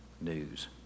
news